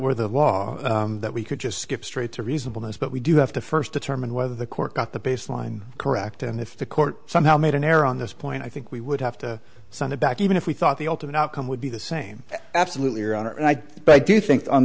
were the law that we could just skip straight to reasonable means but we do have to first determine whether the court got the baseline correct and if the court somehow made an error on this point i think we would have to send it back even if we thought the ultimate outcome would be the same absolutely your honor and i but i do think on